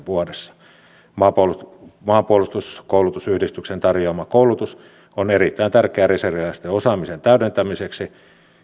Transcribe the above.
vuodessa maanpuolustuskoulutusyhdistyksen tarjoama koulutus on erittäin tärkeä reserviläisten osaamisen täydentämiseksi